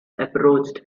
approached